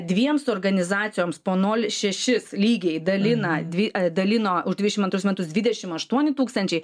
dviems organizacijoms po nol šešis lygiai dalina dvi dalino už dvidešim antrus metus dvidešim aštuoni tūkstančiai